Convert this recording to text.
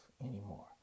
anymore